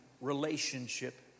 relationship